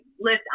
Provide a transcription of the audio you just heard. list